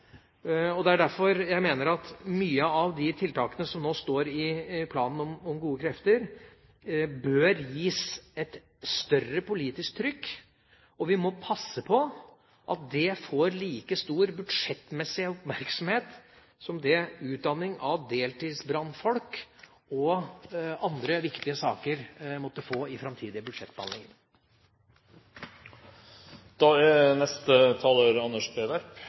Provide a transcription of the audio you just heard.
Det er derfor jeg mener at mange av de tiltakene som nå står i planen «Gode krefter», bør gis et større politisk trykk. Vi må passe på at de får like stor budsjettmessig oppmerksomhet som det utdanning av deltidsbrannfolk og andre viktige saker måtte få i framtidige budsjettbehandlinger. Jeg takker for svaret fra statsråden. Statsrådens svar synliggjør det som er